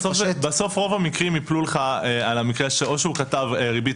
בסוף רוב המקרים ייפלו לך על המקרה או שהוא כתב ריבית